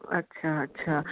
ਅੱਛਾ ਅੱਛਾ